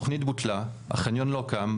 התכנית בוטלה; החניון לא קם.